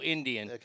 Indian